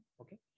okay